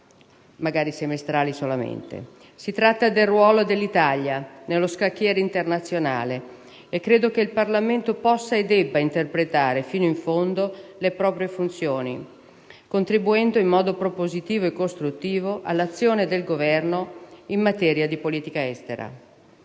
di urgenza. Stiamo parlando del ruolo dell'Italia nello scacchiere internazionale e credo che il Parlamento possa e debba interpretare fino in fondo le proprie funzioni, contribuendo in modo propositivo e costruttivo all'azione del Governo in materia di politica estera.